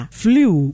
flu